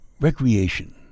recreation